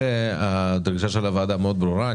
הדרישה של הוועדה מאוד ברורה.